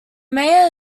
mayor